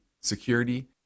security